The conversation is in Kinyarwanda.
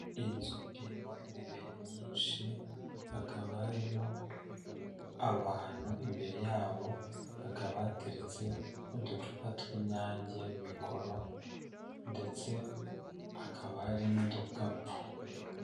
Iyi inzu irimo intebe nyinshi hakaba harimo abantu, imbere yabo hakaba hateretse uducupa tw'inyange, mikoro ndetse hakaba hari n'udukapu.